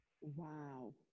wow